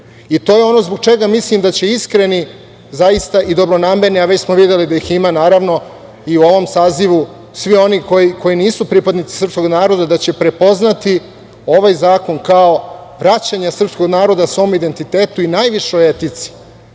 je ono zbog čega mislim da će iskreni i dobronamerni, a već smo videli da ih ima, naravno, i u ovom sazivu, svi oni koji nisu pripadnici srpskog naroda, da će prepoznati ovaj zakon kao vraćanje srpskog naroda svom identitetu i najvišoj etici.